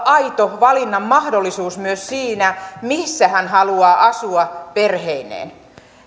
aito valinnan mahdollisuus myös siinä missä hän haluaa asua perheineen